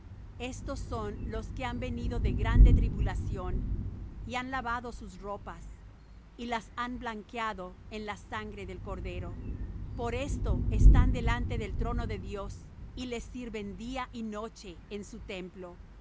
estos son los que han venido de grande tribulación y han lavado sus ropas y las han blanqueado en la sangre del cordero por esto están delante del trono de dios y le sirven día y noche en su templo